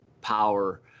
power